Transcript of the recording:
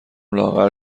لاغر